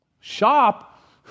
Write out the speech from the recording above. Shop